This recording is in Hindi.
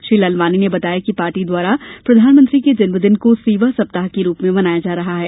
श्री लालवानी ने बताया कि पार्टी द्वारा प्रधानमंत्री के जन्मदिन को सेवा सप्ताह के रूप में मनाया जा रहा है